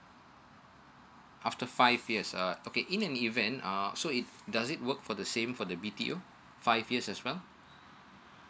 after five years uh okay in an event um so it does it work for the same for the b t o five years as well